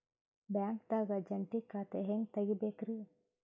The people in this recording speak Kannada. ಬ್ಯಾಂಕ್ದಾಗ ಜಂಟಿ ಖಾತೆ ಹೆಂಗ್ ತಗಿಬೇಕ್ರಿ?